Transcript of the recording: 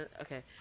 okay